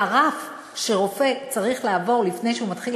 והרף שרופא צריך לעבור לפני שהוא מתחיל